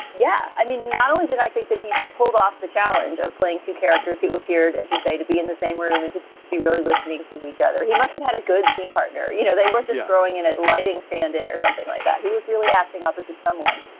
yeah. i mean, not only did i think that he pulled off the challenge of playing two characters who appeared, as you say, to be in the same room and to be really listening to each other, he must have had a good scene partner. you know they were just throwing in a lighting stand-in or something like that. he was really acting opposite someone,